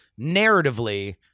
narratively